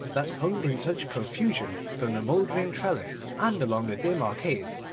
that hung in such profusion from the mouldering trellis and along the dim arcades,